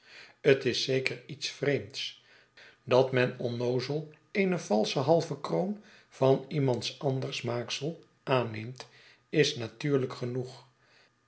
t is zeker iets vreemds dat men onnoozel eene valsche halve kroon van iemands anders maaksel aanneemt is natuurlijk genoeg